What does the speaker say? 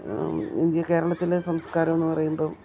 India കേരളത്തിലെ സംസ്കാരമെന്നു പറയുമ്പം